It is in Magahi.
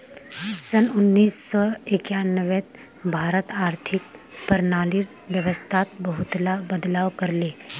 सन उन्नीस सौ एक्यानवेत भारत आर्थिक प्रणालीर व्यवस्थात बहुतला बदलाव कर ले